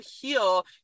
heal